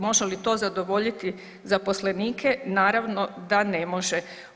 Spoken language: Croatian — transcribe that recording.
Može li to zadovoljiti zaposlenike, naravno da ne može.